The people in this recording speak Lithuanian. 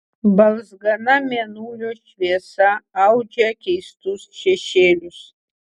balzgana mėnulio šviesa audžia keistus šešėlius